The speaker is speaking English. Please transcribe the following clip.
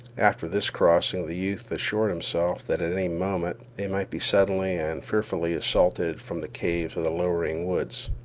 after this crossing the youth assured himself that at any moment they might be suddenly and fearfully assaulted from the caves of the lowering woods.